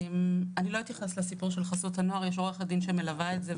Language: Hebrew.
אני לא אתייחס לסיפור של חסות הנוער - יש עורכת דין שמלווה את זה.